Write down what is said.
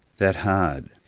that hard.